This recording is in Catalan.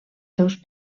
seus